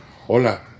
Hola